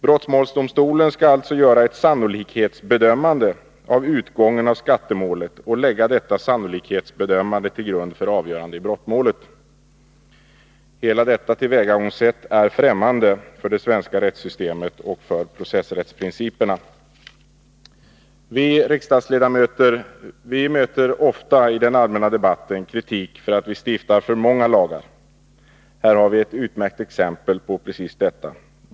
Brottmålsdomstolen skall alltså göra ett sannolikhetsbedömande av utgången av skattemålet och lägga detta sannolikhetsbedömande till grund för avgörande i brottmålet. Hela detta tillvägagångsätt är främmande för det svenska rättssystemet och för processrättsprinciperna. Vi riksdagsledamöter möter ofta i den allmänna debatten kritik för att vi stiftar för många lagar. Här har vi ett utmärkt exempel på precis detta.